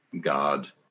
God